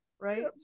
Right